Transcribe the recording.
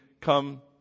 come